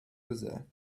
other